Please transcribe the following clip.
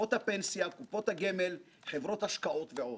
קופות הפנסיה, קופות הגמל, חברות השקעות ועוד.